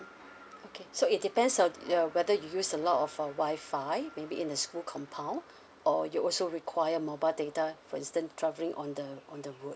okay so it depends on your whether you use a lot of uh wi-fi maybe in the school compound or you also require mobile data for instant travelling on the on the road